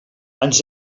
ens